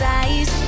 eyes